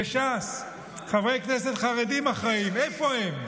מש"ס, חברי כנסת חרדים אחראיים, איפה הם?